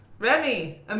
Remy